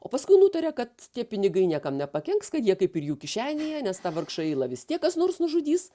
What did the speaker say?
o paskui nutaria kad tie pinigai niekam nepakenks kad jie kaip ir jų kišenėje nes tą vargšą ilą vis tiek kas nors nužudys